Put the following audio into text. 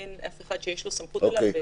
אין אף אחד שיש לו סמכות עליו.